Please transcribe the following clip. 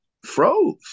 froze